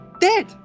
dead